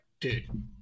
dude